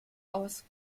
aus